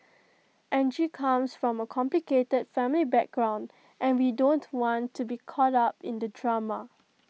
Angie comes from A complicated family background and we don't want to be caught up in the drama